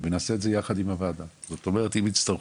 השלב הבא מבחינתו,